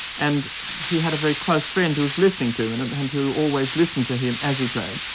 and he had a very close friend who was listening to him, and and and who always listened to him as he played,